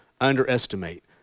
underestimate